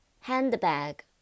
handbag